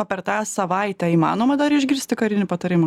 o per tą savaitę įmanoma dar išgirsti karinį patarimą